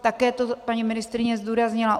Také to paní ministryně zdůraznila.